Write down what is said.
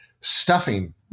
stuffing